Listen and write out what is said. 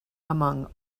among